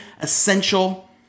essential